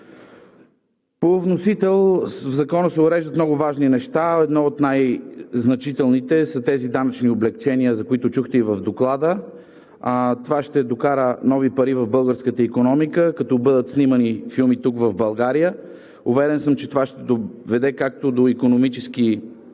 По вносител в Закона се уреждат много важни неща. Едно от най-значителните са тези данъчни облекчения, за които чухте и в Доклада. Това ще докара нови пари в българската икономика, като бъдат снимани филми тук, в България. Уверен съм, че това ще доведе както до икономически